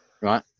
right